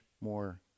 more